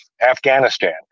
Afghanistan